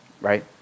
right